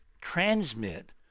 transmit